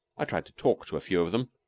i tried to talk to a few of them,